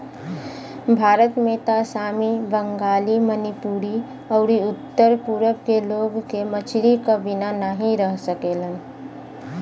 भारत में त आसामी, बंगाली, मणिपुरी अउरी उत्तर पूरब के लोग के मछरी क बिना नाही रह सकेलन